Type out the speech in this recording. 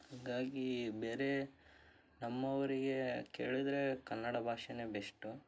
ಅದಾಗಿ ಬೇರೆ ನಮ್ಮವರಿಗೆ ಕೇಳಿದರೆ ಕನ್ನಡ ಭಾಷೆನೇ ಬೆಶ್ಟು